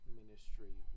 ministry